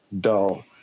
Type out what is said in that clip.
dull